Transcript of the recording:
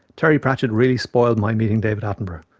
terry pratchett really spoiled my meeting david attenborough.